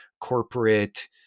corporate